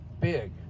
big